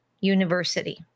University